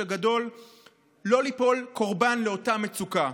הגדול לא ליפול קורבן לאותה מצוקה.